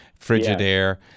Frigidaire